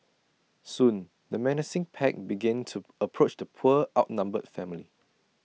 soon the menacing pack began to approach the poor outnumbered family